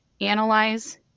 analyze